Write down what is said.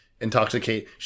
intoxicate